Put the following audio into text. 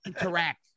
interact